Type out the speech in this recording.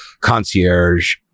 concierge